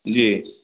جی